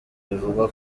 bivugwa